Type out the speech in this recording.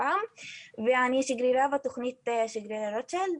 חיפה ואני שגרירה בתוכנית ששמה "שגרירי רוטשילד",